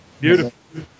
Beautiful